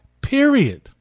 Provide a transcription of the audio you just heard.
period